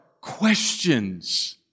questions